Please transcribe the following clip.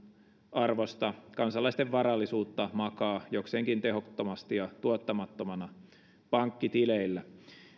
arvosta kansalaisten varallisuutta makaa jokseenkin tehottomasti ja tuottamattomana pankkitileillä